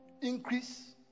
increase